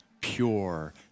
pure